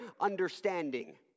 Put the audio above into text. understanding